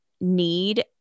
need